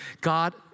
God